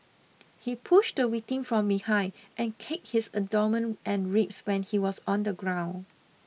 he pushed the victim from behind and kicked his abdomen and ribs when he was on the ground